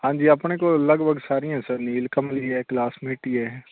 ਹਾਂਜੀ ਆਪਣੇ ਕੋਲ ਲਗਭਗ ਸਾਰੀਆਂ ਸਰ ਨੀਲਕਮਲੀ ਹੈ ਕਲਾਸਮੇਟੀ ਹੈ